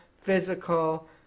physical